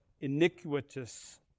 iniquitous